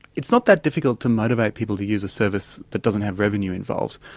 it's not that difficult to motivate people to use a service that doesn't have revenue involved.